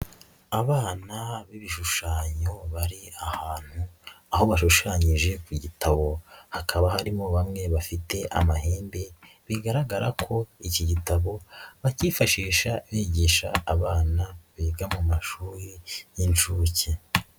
Abana b'ibishushanyo bari ahantu, aho bashushanyije ku gitabo, hakaba harimo bamwe bafite amahembe, bigaragara ko iki gitabo bakifashisha bigisha abana biga mu mashuri y'inshuke.